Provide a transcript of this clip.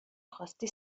خواستی